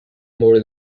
more